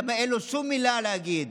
למה אין לו שום מילה להגיד.